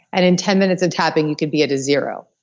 and in ten minutes of tapping you could be at a zero.